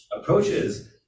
approaches